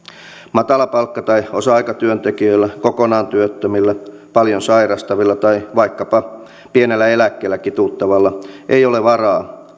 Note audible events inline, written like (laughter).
matalapalkka tai osa aikatyöntekijöillä kokonaan työttömillä paljon sairastavilla tai vaikkapa pienellä eläkkeellä kituuttavilla ei ole varaa (unintelligible)